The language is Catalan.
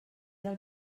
del